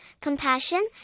compassion